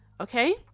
okay